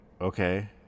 okay